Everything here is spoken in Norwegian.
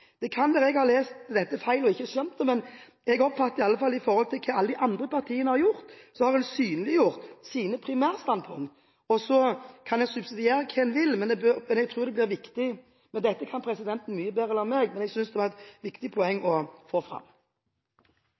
Det kan være at jeg har lest dette feil og ikke skjønt det, men jeg oppfatter i alle fall at alle de andre partiene har synliggjort sine primærstandpunkter, og så kan man subsidiere hva man vil. Dette kan presidenten mye bedre enn jeg, men jeg syntes det var et viktig poeng å få fram. Presidenten takker for den tilliten og regner også med at denne sal vil klare å